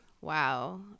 wow